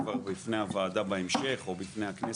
בפני הוועדה בהמשך או בפני הכנסת,